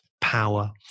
power